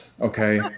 okay